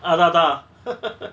அதா தா:atha tha